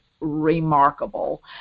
remarkable